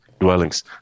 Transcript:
Dwellings